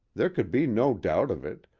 there could be no doubt of it,